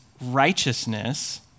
righteousness